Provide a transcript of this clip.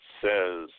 says